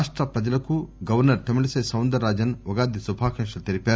రాష్ట ప్రజలకు గవర్నర్ తమిళిసై సౌందరరాజన్ఉగాది శుభాకాంక్షలు తెలిపారు